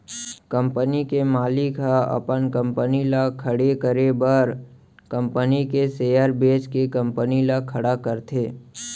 company के मालिक ह अपन कंपनी ल खड़े करे बर कंपनी के सेयर बेंच के कंपनी ल खड़ा करथे